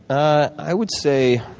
i would say